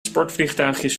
sportvliegtuigjes